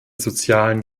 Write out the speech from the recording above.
sozialen